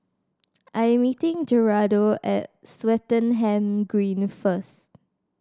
I'm meeting Gerardo at Swettenham Green first